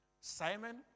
Simon